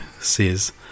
says